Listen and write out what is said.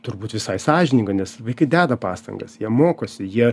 turbūt visai sąžininga nes vaikai deda pastangas jie mokosi jie